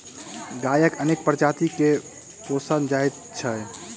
गायक अनेक प्रजाति के पोसल जाइत छै